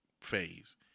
phase